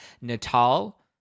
Natal